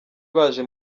baje